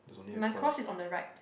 my cross is on the right